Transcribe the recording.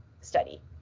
study